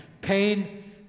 Pain